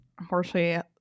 Unfortunately